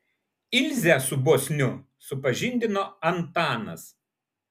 ilzę su bosniu supažindino antanas